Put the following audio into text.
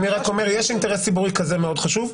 אני אומר שיש אינטרס ציבורי כזה מאוד חשוב,